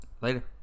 Later